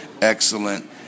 excellent